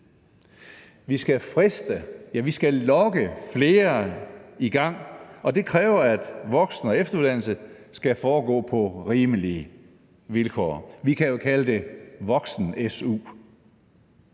Vi skal friste, og vi skal lokke flere i gang. Og det kræver, at voksen- og efteruddannelse skal foregå på rimelige vilkår. Vi kan jo kalde det voksen-su.